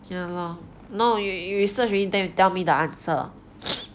ya lor no u~ you search already then you tell me the answer